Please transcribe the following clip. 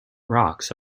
rocks